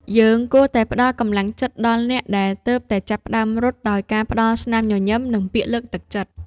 យើងគួរតែផ្ដល់កម្លាំងចិត្តដល់អ្នកដែលទើបតែចាប់ផ្ដើមរត់ ដោយការផ្ដល់ស្នាមញញឹម និងពាក្យលើកទឹកចិត្ត។